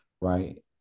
right